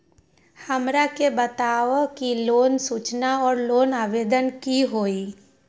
हमरा के बताव कि लोन सूचना और लोन आवेदन की होई?